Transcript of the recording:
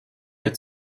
der